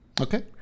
Okay